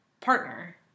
partner